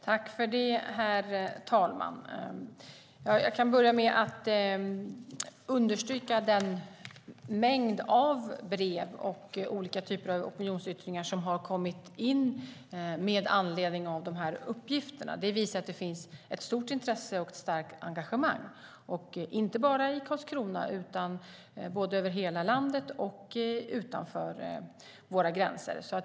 Herr talman! Jag kan börja med att understryka den mängd av brev och olika typer av opinionsyttringar som har kommit in med anledning av de här uppgifterna. Det visar att det finns ett stort intresse och ett starkt engagemang, inte bara i Karlskrona utan i hela landet och utanför våra gränser.